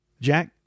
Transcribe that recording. Jack